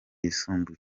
yisumbuye